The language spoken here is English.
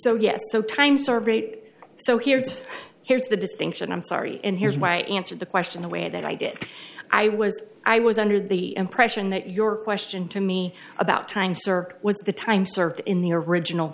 so yes so times are great so here's here's the distinction i'm sorry and here's why i answered the question the way that i did i was i was under the impression that your question to me about time served was the time served in the original